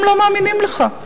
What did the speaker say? הם לא מאמינים לך,